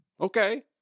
Okay